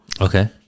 Okay